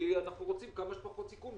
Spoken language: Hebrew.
כי אני רוצה כמה שפחות סיכונים.